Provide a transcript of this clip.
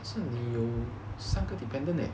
可是你有三个 dependent leh